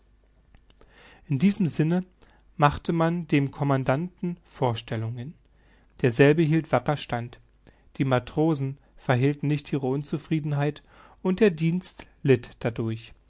in diesem sinne machte man dem commandanten vorstellungen derselbe hielt wacker stand die matrosen verhehlten nicht ihre unzufriedenheit und der dienst litt dadurch